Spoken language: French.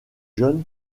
john